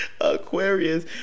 Aquarius